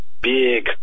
big